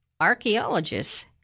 archaeologists